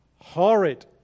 horrid